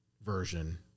version